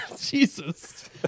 Jesus